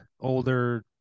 older